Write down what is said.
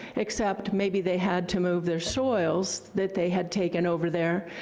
except maybe they had to move their soils that they had taken over there,